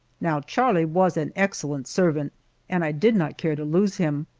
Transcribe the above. now charlie was an excellent servant and i did not care to lose him,